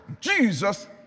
Jesus